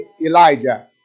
Elijah